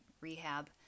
rehab